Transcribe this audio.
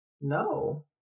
No